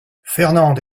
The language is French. fernande